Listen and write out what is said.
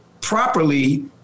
properly